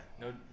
No